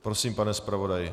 Prosím, pane zpravodaji.